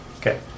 Okay